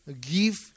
Give